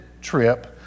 trip